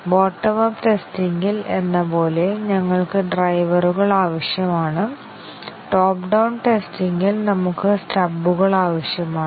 bottom up testing ഇൽ എന്ന പോലെ ഞങ്ങൾക്ക് ഡ്രൈവറുകൾ ആവശ്യമാണ് ടോപ്പ് ഡൌൺ ടെസ്റ്റിങ് ഇൽ നമുക്ക് സ്റ്റബുകൾ ആവശ്യമാണ്